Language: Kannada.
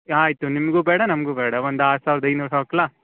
ಆಯಿತು ನಿಮಗೂ ಬೇಡ ನಮಗೂ ಬೇಡ ಒಂದು ಆರು ಸಾವಿರದ ಐನೂರು ಹಾಕ್ಲಾ